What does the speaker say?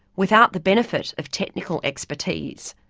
without the benefit of technical expertise,